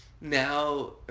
now